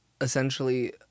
essentially